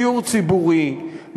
דיור ציבורי,